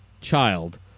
child